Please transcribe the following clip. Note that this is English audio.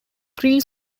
three